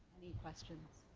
need questions.